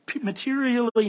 materially